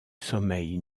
sommeil